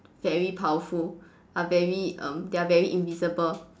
very powerful are very um they are very invincible